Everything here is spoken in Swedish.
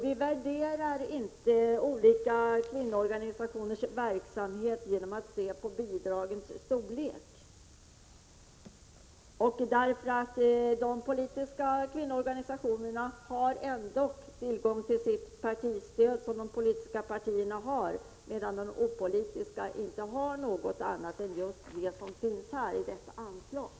Vi värderar inte olika kvinnoorganisationers verksamhet med utgångspunkt i bidragens storlek. De politiska kvinnoorganisationerna har tillgång till partistödet till de politiska partierna, medan de opolitiska kvinnoorganisationerna inte får mer än det som är upptaget just under här aktuellt anslag.